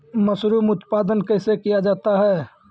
Mushroom उत्पादन कैसे किया जाय?